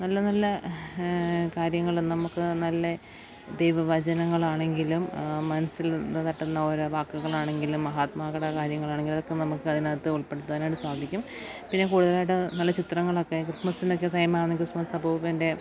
നല്ല നല്ല കാര്യങ്ങളും നമുക്ക് നല്ല ദൈവ വചനങ്ങളാണെങ്കിലും മനസ്സിൽ തട്ടുന്ന ഓരോ വാക്കുകളാണെങ്കിലും മഹാത്മാക്കളുടെ കാര്യങ്ങളാണെങ്കിലൊക്കെ നമുക്കതിനകത്ത് ഉൾപ്പെടുത്താനായിട്ട് സാധിക്കും പിന്നെ കൂടുതലായിട്ടു നല്ല ചിത്രങ്ങളൊക്കെ ക്രിസ്മസ്സിനൊക്കെ ഫേമാണ് ക്രിസ്മസ് അപ്പൂപ്പൻ്റെ